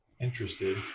interested